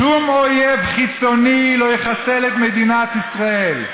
שום אויב חיצוני לא יחסל את מדינת ישראל.